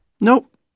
Nope